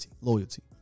loyalty